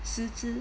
狮子